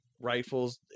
rifles